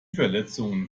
verletzungen